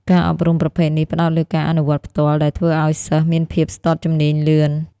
ការអប់រំប្រភេទនេះផ្ដោតលើការអនុវត្តផ្ទាល់ ដែលធ្វើឱ្យសិស្សមានភាពស្ទាត់ជំនាញលឿន។